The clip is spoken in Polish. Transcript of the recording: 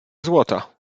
złota